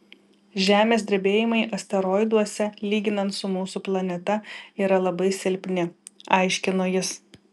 žemės drebėjimai asteroiduose lyginant su mūsų planeta yra labai silpni aiškino jis